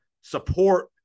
support